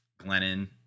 Glennon